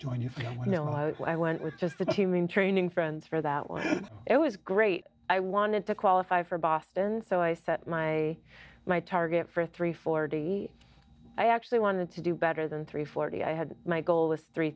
join you know i went with just the team and training friends for that one it was great i wanted to qualify for boston so i set my my target for three forty i actually wanted to do better than three forty i had my goal was three